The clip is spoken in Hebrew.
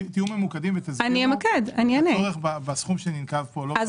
אז תהיו ממוקדים ותסבירו את הצורך בסכום שננקב פה.